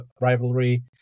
rivalry